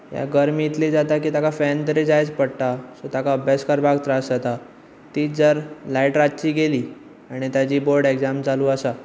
ताका गरमी इतली जाता की ताका फॅन तरी जायच पडटा सो ताका अभ्यास करपाक त्रास जाता तीच जर लायट रातची गेली आनी ताची बोर्ड एग्जाम चालू आसा